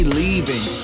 leaving